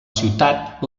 ciutat